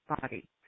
body